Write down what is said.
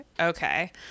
okay